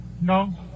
no